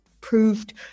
proved